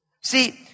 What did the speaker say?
See